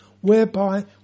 whereby